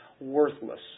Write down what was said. worthless